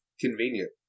Convenient